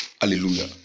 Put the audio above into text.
Hallelujah